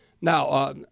Now